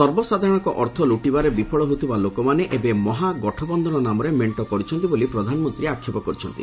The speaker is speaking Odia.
ସର୍ବସାଧାରଣଙ୍କ ଅର୍ଥ ଲୁଟିବାରେ ବିଫଳ ହେଉଥିବା ଲୋକମାନେ ଏବେ ମହା ଗଠବନ୍ଧନ ନାମରେ ମେଣ୍ଟ କରିଛନ୍ତି ବୋଲି ପ୍ରଧାନମନ୍ତ୍ରୀ ଆକ୍ଷେପ କରିଛନ୍ତି